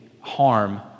harm